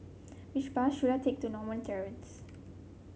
which bus should I take to Norma Terrace